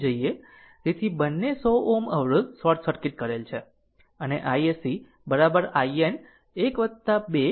તેથી બંને 100 Ω અવરોધ શોર્ટ સર્કિટ કરેલ છે અને iSC IN 1 2 3 એમ્પીયર છે